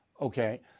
Okay